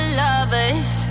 lovers